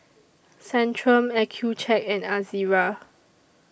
Centrum Accucheck and Ezerra